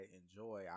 enjoy